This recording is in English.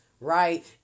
right